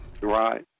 Right